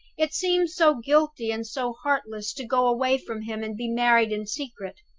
it seems so guilty and so heartless to go away from him and be married in secret.